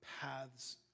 paths